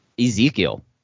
Ezekiel